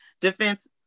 defense